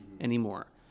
anymore